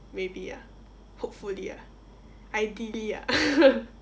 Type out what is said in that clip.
maybe ah hopefully ah ideally ah